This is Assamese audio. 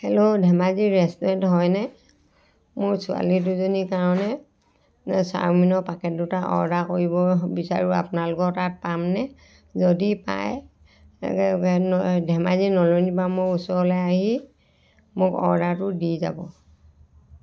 হেল্ল' ধেমাজি ৰেষ্টুৰেণ্ট হয় নে মোৰ ছোৱালী দুজনীৰ কাৰণে চাওমিনৰ পেকেট দুটা অৰ্ডাৰ কৰিব বিচাৰোঁ আপোনালোকৰ তাত পাম নে যদি পাই ধেমাজি নলনীবামৰ ওচৰলৈ আহি মোক অৰ্ডাৰটো দি যাব